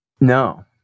No